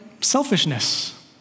selfishness